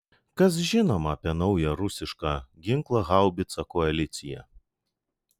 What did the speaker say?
kas žinoma apie naują rusišką ginklą haubicą koalicija